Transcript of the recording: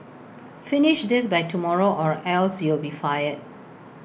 finish this by tomorrow or else you'll be fired